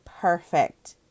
perfect